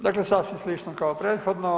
Dakle sasvim slično kao prethodno.